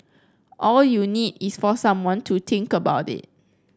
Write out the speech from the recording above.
all you need is for someone to think about it